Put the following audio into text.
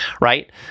right